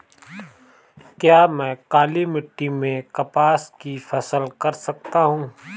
क्या मैं काली मिट्टी में कपास की फसल कर सकता हूँ?